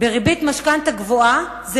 בריבית משכנתה גבוהה.